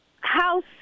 House